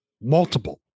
multiple